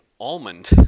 almond